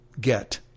get